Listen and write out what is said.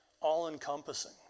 all-encompassing